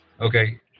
Okay